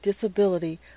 disability